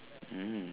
mm